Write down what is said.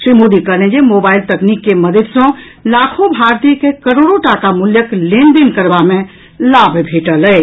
श्री मोदी कहलनि जे मोबाईल तकनीक के मददि सँ लाखों भारतीय के कारोड़ो टाका मूल्यक लेनदेन करबा मे लाभ भेटल अछि